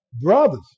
brothers